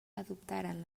adoptaren